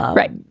right.